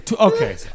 Okay